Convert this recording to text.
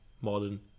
modern